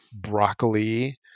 broccoli